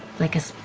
like a